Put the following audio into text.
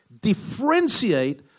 differentiate